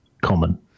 common